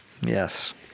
Yes